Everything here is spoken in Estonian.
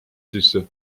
sisse